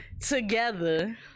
together